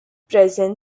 present